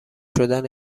شدن